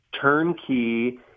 turnkey